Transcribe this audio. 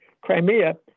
Crimea